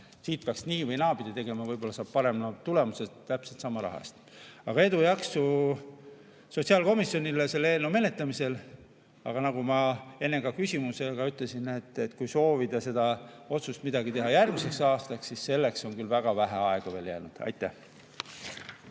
siin peaks nii‑ või naapidi tegema, võib-olla saab parema tulemuse täpselt sama raha eest. Edu ja jaksu sotsiaalkomisjonile selle eelnõu menetlemisel! Aga nagu ma enne ka küsimuses ütlesin: kui soovida midagi teha järgmiseks aastaks, siis selleks on küll väga vähe aega jäänud. Aitäh!